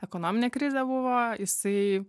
ekonominė krizė buvo jisai